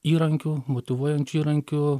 įrankių motyvuojančių įrankių